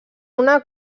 una